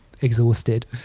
exhausted